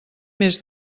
més